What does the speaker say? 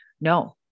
no